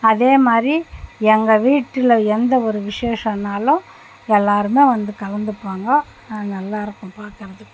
அதே மாதிரி எங்கள் வீட்டில் எந்த ஒரு விஷேஷம்னாலும் எல்லோருமே வந்து கலந்துப்பாங்க நல்லா இருக்கும் பார்க்கறதுக்கு